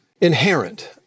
inherent